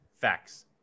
Facts